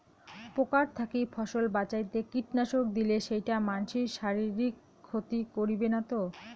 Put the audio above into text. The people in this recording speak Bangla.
পোকার থাকি ফসল বাঁচাইতে কীটনাশক দিলে সেইটা মানসির শারীরিক ক্ষতি করিবে না তো?